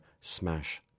Smash